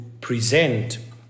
present